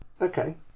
Okay